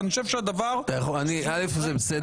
כי אני חושב שהדבר --- קודם כול זה בסדר.